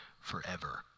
forever